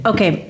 Okay